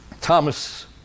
Thomas